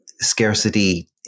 scarcity